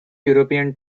european